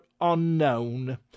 unknown